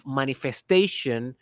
manifestation